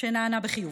שנענה בחיוב.